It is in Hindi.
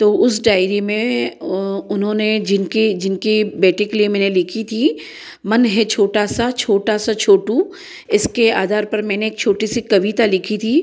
तो उस डायरी में उन्होने जिनकी जिनकी बेटी के लिए मैंने लिखी थी मन है छोटा सा छोटा सा छोटू इसके आधार पर मैंने एक छोटी सी कविता लिखी थी